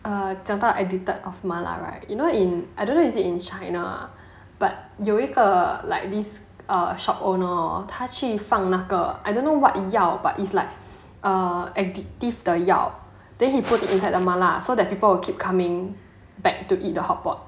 err 讲到 addicted of 麻辣 right you know in I don't know is it in china 有一个 like this err shop owner hor 他去放那个 I don't know what 药 but it's like err addictive 的药 then he put inside the 麻辣 so that people will keep coming back to eat the hotpot